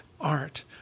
art